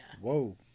Whoa